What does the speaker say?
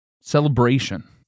Celebration